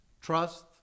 Trust